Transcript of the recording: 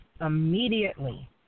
immediately